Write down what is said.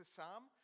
Psalm